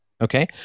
Okay